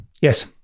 Yes